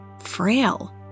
frail